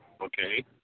okay